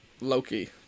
Loki